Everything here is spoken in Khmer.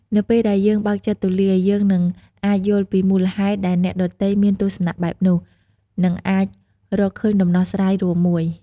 នៅពេលដែលយើងបើកចិត្តទូលាយ យើងនឹងអាចយល់ពីមូលហេតុដែលអ្នកដទៃមានទស្សនៈបែបនោះ និងអាចរកឃើញដំណោះស្រាយរួមមួយ។